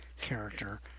character